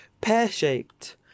pear-shaped